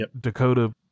Dakota